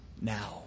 now